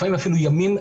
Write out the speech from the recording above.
לפעמים אפילו ימים,